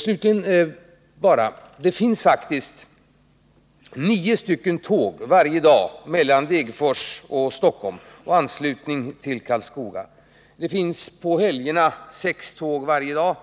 Slutligen vill jag framhålla att det faktiskt finns nio tåg varje dag mellan Degerfors och Stockholm — och anslutning till Karlskoga. Under helgerna finns det sex tåg varje dag.